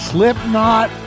Slipknot